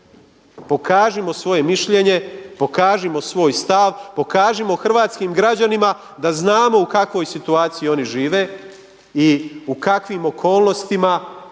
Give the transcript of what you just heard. Pokažimo svoje mišljenje, pokažimo svoj stav, pokažimo hrvatskim građanima da znamo u kakvoj situaciji oni žive i u kakvim okolnostima